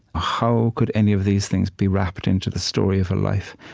how could any of these things be wrapped into the story of a life?